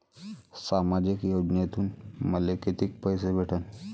सामाजिक योजनेतून मले कितीक पैसे भेटन?